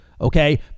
okay